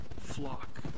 flock